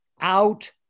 out